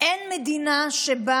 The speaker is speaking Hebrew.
אין מדינה שבה